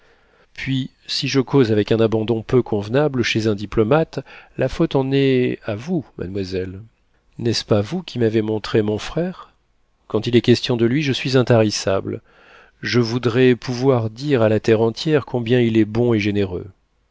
puis si je cause avec un abandon peu convenable chez un diplomate la faute en est à vous mademoiselle n'est-ce pas vous qui m'avez montré mon frère quand il est question de lui je suis intarissable je voudrais pouvoir dire à la terre tout entière combien il est bon et généreux